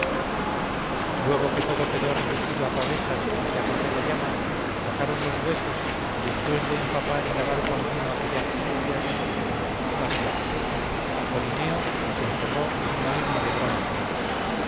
luego que todo quedó reducido a pavesas y se apagó la llama sacaron los huesos y después de empapar y lavar con vino aquellas reliquias candentes todavía corineo las encerró en una urna de bronce